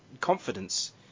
confidence